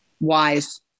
Wise